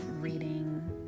reading